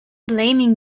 blaming